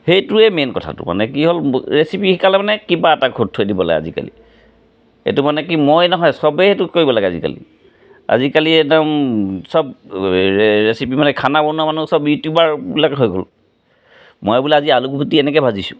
সেইটোৱে মেইন কথাটো মানে কি হ'ল ৰেচিপি শিকালে মানে কিবা এটা খুঁত থৈ দিব লাগে আজিকালি এইটো মানে কি মই নহয় চবেই সেইটো কৰিব লাগে আজিকালি আজিকালি একদম চব ৰেচিপি মানে খানা বনোৱা মানুহ চব ইউটিউবাৰবিলাক হৈ গ'ল মই বোলে আজি আলুগুটি এনেকৈ ভাজিছোঁ